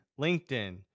LinkedIn